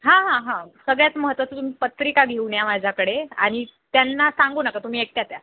हां हां हां सगळ्यात महत्वाचं तुम्ही पत्रिका घेऊन या माझ्याकडे आणि त्यांना सांगू नका तुमी एकट्याच या